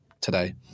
today